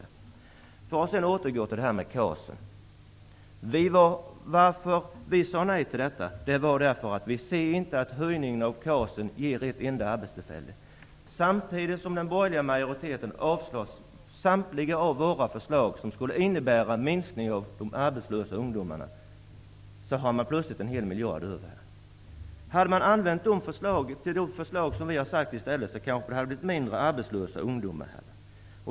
Sedan vill jag återgå till frågan om KAS. Anledningen till att vi sade nej till en höjning var att vi inte ser att en sådan ger ett enda arbetstillfälle. Samtidigt som den borgerliga majoriteten avslår samtliga av våra förslag som skulle innebära en minskning av arbetslösa ungdomar, har man plötsligt en hel miljard över. Om man hade följt våra förslag i stället kanske det hade blivit färre arbetslösa ungdomar.